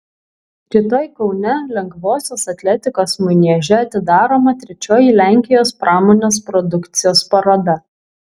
rytoj kaune lengvosios atletikos manieže atidaroma trečioji lenkijos pramonės produkcijos paroda